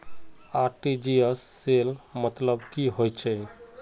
RTGS cell मतलब की होचए?